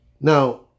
Now